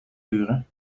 duren